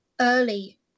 early